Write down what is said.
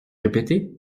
répéter